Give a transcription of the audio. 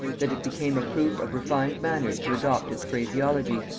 that it became a proof of refined manners to adopt its phraseology.